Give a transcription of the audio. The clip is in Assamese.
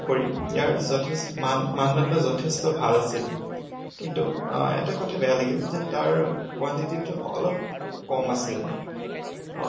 তাৰোপৰি ইয়াৰ মানদণ্ড যথেষ্ট ভাল আছিল কিন্তু এটা কথা বেয়া লাগিল যে তাৰ কুৱাণ্টিতিটো অলপ কম আছিল